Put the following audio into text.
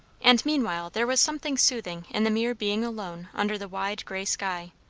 and meanwhile there was something soothing in the mere being alone under the wide grey sky.